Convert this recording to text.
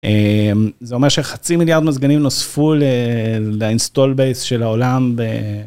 זה אומר שחצי מיליארד מזגנים נוספו ל-install base של העולם.